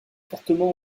fortement